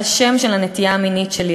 על השם של הנטייה המינית שלי,